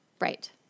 Right